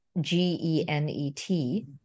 G-E-N-E-T